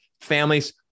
families